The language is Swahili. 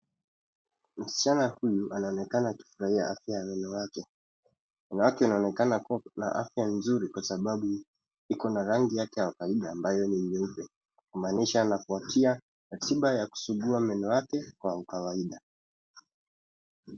Msichana huyu anaonekana akifurahia afya ya meno yake. Meno yake inaonekana kua na afya nzuri kwa sababu iko na rangi yake ya kawaida ambayo ni nyeupe, kumaanisha anafuatia ratiba ya kusugua meno yake kwa ukawaida.